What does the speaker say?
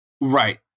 Right